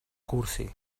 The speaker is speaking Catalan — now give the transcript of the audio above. cursi